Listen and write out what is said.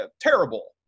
terrible